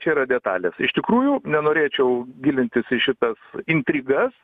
čia yra detalės iš tikrųjų nenorėčiau gilintis į šitas intrigas